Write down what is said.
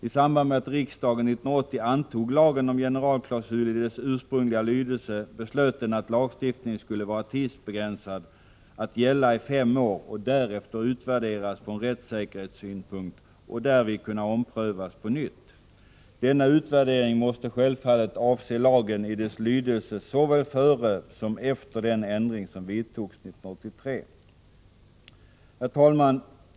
I samband med att riksdagen 1980 antog lagen om generalklausul i dess ursprungliga lydelse beslöt den att lagstiftningen skulle vara tidsbegränsad att gälla i fem år och därefter utvärderas från rättssäkerhetssynpunkt och därvid kunna omprövas på nytt. Denna utvärdering måste självfallet avse lagen i dess lydelse såväl före som efter den ändring som vidtogs 1983. Herr talman!